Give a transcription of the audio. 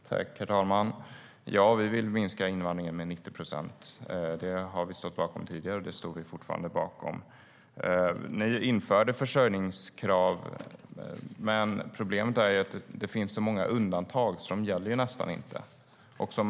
STYLEREF Kantrubrik \* MERGEFORMAT Migration, Anhörig-invandring och Arbets-kraftsinvandringNi införde försörjningskrav, Mikael Cederbratt. Men problemet är att det finns så många undantag att kraven nästan inte gäller.